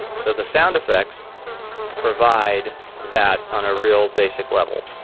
so the sound effects provide that on a real basic level.